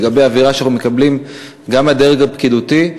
אלא האווירה שאנחנו מקבלים גם מהדרג הפקידותי,